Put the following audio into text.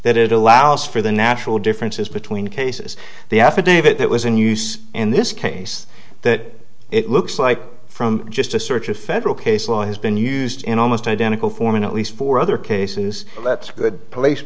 that it allows for the natural differences between cases the affidavit that was in use in this case that it looks like from just a search of federal case law has been used in almost identical form in at least four other cases that's good police